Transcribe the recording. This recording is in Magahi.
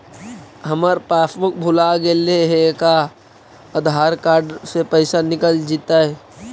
हमर पासबुक भुला गेले हे का आधार कार्ड से पैसा निकल जितै?